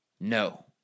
no